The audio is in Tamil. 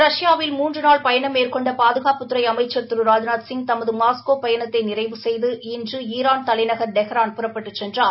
ரஷ்யாவில் மூன்று நாள் பயனம் மேற்கொண்ட பாதுகாப்புத்துறை அமைச்சர் திரு ராஜ்நாத்சிங் தமது மாஸ்கோ பயணத்தை நிறைவு செய்து இன்று ஈரான் தலைநகர் டெஹ்ரான் புறப்பட்டுச் சென்றார்